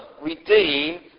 redeem